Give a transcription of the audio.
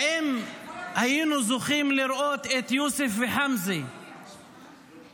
האם היינו זוכים לראות את יוסף וחמזה ועוד